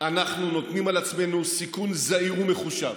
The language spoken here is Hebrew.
אנחנו נוטלים על עצמנו סיכון זהיר ומחושב.